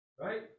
right